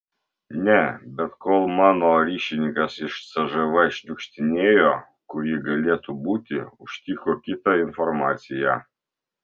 ne bet kol mano ryšininkas iš cžv šniukštinėjo kur ji galėtų būti užtiko kitą informaciją